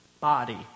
body